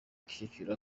kicukiro